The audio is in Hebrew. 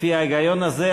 לפי ההיגיון הזה,